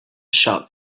shop